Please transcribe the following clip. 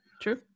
True